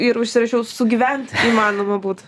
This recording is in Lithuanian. ir užsirašiau sugyvent įmanoma būtų